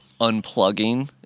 unplugging